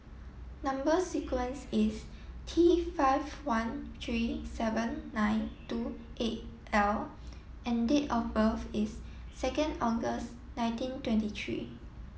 number sequence is T five one three seven nine two eight L and date of birth is second August nineteen twenty three